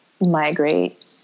migrate